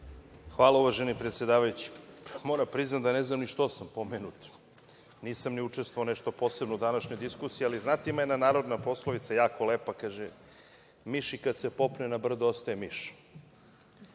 Hvala, uvaženi predsedavajući. Moram da priznam da ne znam ni što sam pomenut, nisam ni učestvovao nešto posebno u današnjoj diskusiji. Ali, znate, ima jedna narodna poslovica, jako lepa, kaže: „miš i kada se popne na brdo, ostaje miš“.